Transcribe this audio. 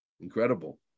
Incredible